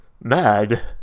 mad